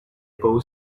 both